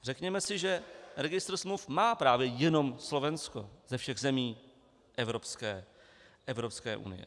Řekněme si, že registr smluv má právě jenom Slovensko ze všech zemí Evropské unie.